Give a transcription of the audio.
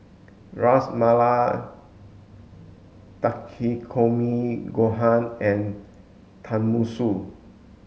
Ras Malai Takikomi Gohan and Tenmusu